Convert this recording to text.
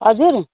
हजुर